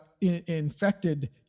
infected